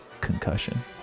Concussion